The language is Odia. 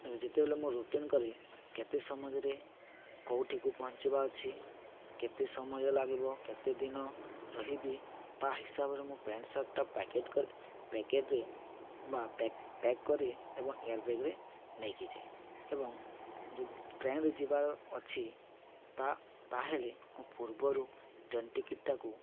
ଯେତେବେଳେ ମୁଁ ରୁଟିନ୍ କରେ କେତେ ସମୟରେ କେଉଁଠିକୁ ପହଞ୍ଚିବା ଅଛି କେତେ ସମୟ ଲାଗିବ କେତେ ଦିନ ରହିବି ତା' ହିସାବରେ ମୁଁ ପ୍ୟାଣ୍ଟ ସାର୍ଟଟା ପ୍ୟାକେଟ୍ ପ୍ୟାକେଟ୍ରେ ବା ପ୍ୟାକ୍ କରେ ଏବଂ ଏୟାର୍ ବ୍ୟାଗ୍ରେ ନେଇକି ଯାଏ ଏବଂ ଟ୍ରେନରେ ଯିବ ଅଛି ତା' ତା'ହେଲେ ମୁଁ ପୂର୍ବରୁ ଟ୍ରେନ ଟିକେଟ୍ଟାକୁ